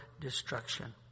destruction